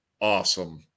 awesome